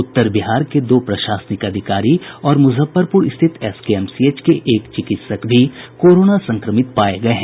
उत्तर बिहार के दो प्रशासनिक अधिकारी और मुजफ्फरपुर स्थित एसकेएमसीएच के एक चिकित्सक भी कोरोना संक्रमित पाये गये हैं